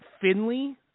Finley